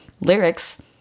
lyrics